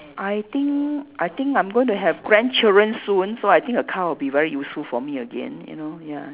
I think I think I'm going to have grandchildren soon so I think a car will be very useful for me again you know ya